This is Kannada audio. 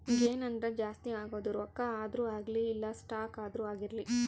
ಗೇನ್ ಅಂದ್ರ ಜಾಸ್ತಿ ಆಗೋದು ರೊಕ್ಕ ಆದ್ರೂ ಅಗ್ಲಿ ಇಲ್ಲ ಸ್ಟಾಕ್ ಆದ್ರೂ ಆಗಿರ್ಲಿ